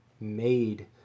made